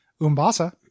Umbasa